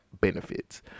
benefits